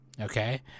Okay